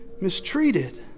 mistreated